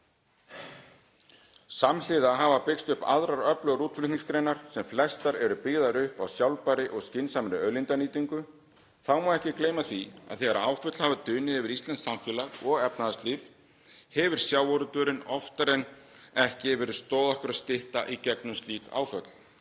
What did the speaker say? Samhliða hafa byggst upp aðrar öflugar útflutningsgreinar sem flestar eru byggðar upp á sjálfbærri og skynsamlegri auðlindanýtingu. Þá má ekki gleyma því að þegar áföll hafa dunið yfir íslenskt samfélag og efnahagslíf hefur sjávarútvegurinn oftar en ekki verið stoð okkar og stytta í gegnum þau.